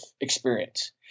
experience